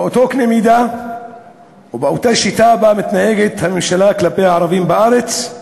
באותו קנה מידה ובאותה שיטה שהממשלה מתנהגת כלפי הערבים בארץ,